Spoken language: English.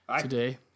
today